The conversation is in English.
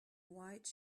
white